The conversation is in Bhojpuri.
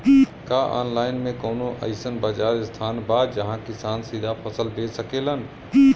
का आनलाइन मे कौनो अइसन बाजार स्थान बा जहाँ किसान सीधा फसल बेच सकेलन?